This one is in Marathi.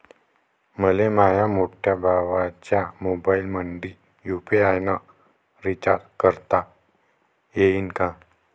मले माह्या मोठ्या भावाच्या मोबाईलमंदी यू.पी.आय न रिचार्ज करता येईन का?